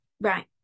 right